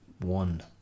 one